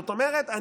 זאת אומרת,